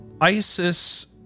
ISIS